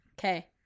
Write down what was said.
Okay